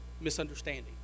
misunderstanding